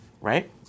right